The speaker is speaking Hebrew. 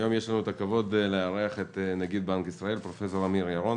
היום יש לנו הכבוד לארח את נגיד בנק ישראל פרופ' אמיר ירון.